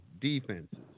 defenses